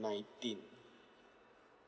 nineteen